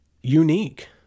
unique